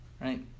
right